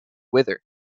wither